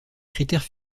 critères